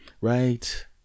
right